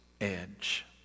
edge